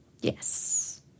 Yes